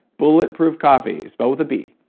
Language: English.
bulletproof coffee, spelled with a b.